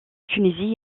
tunisie